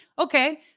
Okay